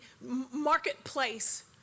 marketplace